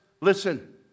listen